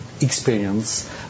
Experience